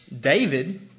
David